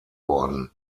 worden